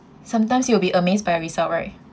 sometimes you will be amazed by your result right